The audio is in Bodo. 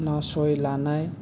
नासयलायनाय